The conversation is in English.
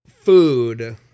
food